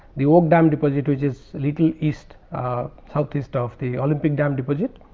the oak damn deposit which is little east ah southeast of the olympic dam deposit.